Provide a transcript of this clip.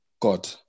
God